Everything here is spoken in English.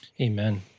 Amen